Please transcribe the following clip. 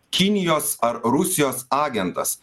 kinijos ar rusijos agentas